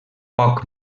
poc